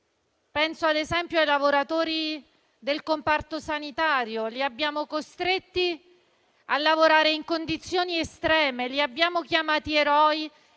Penso, ad esempio, ai lavoratori del comparto sanitario: li abbiamo costretti a lavorare in condizioni estreme, li abbiamo chiamati eroi,